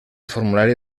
formulari